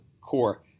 Core